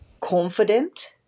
confident